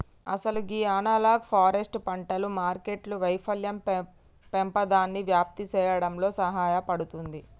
అసలు గీ analogue forest పంటలు మార్కెట్టు వైఫల్యం పెమాదాన్ని వ్యాప్తి సేయడంలో సహాయపడుతుంది